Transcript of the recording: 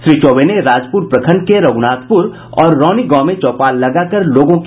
श्री चौबे ने राजपूर प्रखंड के रघुनाथपुर और रौनी गांव में चौपाल लगाकर लोगों की समस्याएं सुनी